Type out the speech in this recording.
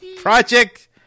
Project